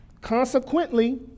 consequently